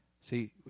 See